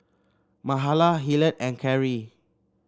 Mahala Hillard and Carry